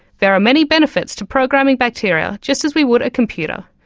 there are many benefits to programming bacteria just as we would a computer.